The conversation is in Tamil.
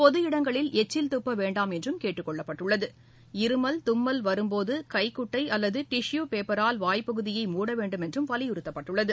பொது இடங்களில் எச்சில் துப்ப வேண்டாம் என்றும் கேட்டுக் கொள்ளப்பட்டுள்ளது இருமல் தும்மல் வரும்போது கைஞட்டை அல்லது டிஷு பேப்பரால் வாய் பகுதியை மூட வேண்டும் என்றும் வலியுறத்தப்பட்டுள்ளது